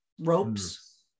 ropes